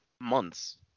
months